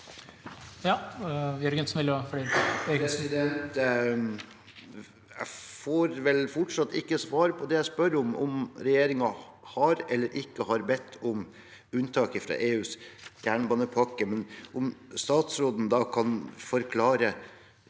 Jeg får vel fortsatt ikke svar på det jeg spør om, om regjeringen har eller ikke har bedt om unntak fra EUs jernbanepakke. Kan statsråden da i så fall forklare: